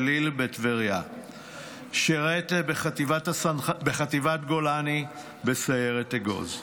גליל בטבריה ושירת בחטיבת גולני בסיירת אגוז.